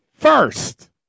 first